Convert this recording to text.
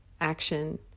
Action